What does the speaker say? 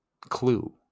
clue